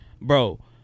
bro